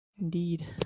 indeed